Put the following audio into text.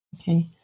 Okay